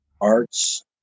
arts